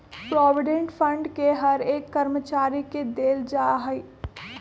provident fund के हर एक कर्मचारी के देल जा हई